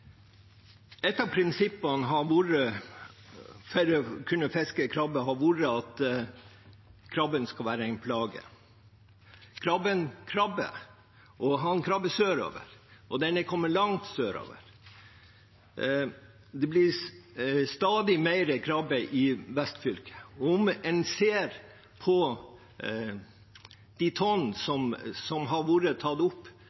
Et av prinsippene for å kunne fiske krabbe har vært at krabben skal være en plage. Krabben krabber, og den krabber sørover. Den har kommet langt sørover. Det blir stadig mer krabbe i vestfylket. Om en ser på de tonnene som har blitt tatt opp